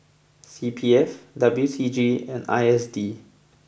C P F W C G and I S D